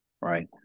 right